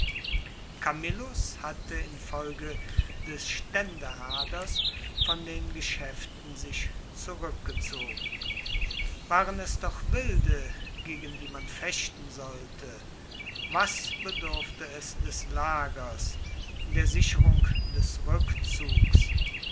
camillus hatte infolge des staendehaders von den geschaeften sich zurueckgezogen waren es doch wilde gegen die man fechten sollte was bedurfte es des lagers der sicherung des rueckzugs